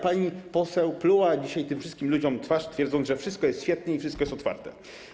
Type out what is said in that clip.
Pani poseł pluła dzisiaj tym wszystkim ludziom w twarz, twierdząc, że wszystko jest świetnie i wszystko jest otwarte.